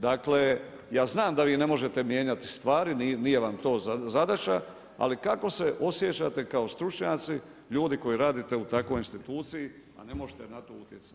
Dakle, ja znam da vi ne možete mijenjati stvari, nije vam to zadaća, ali kako se osjećate kao stručnjaci ljudi koji radite u takvoj instituciji, a ne možete na to utjecati?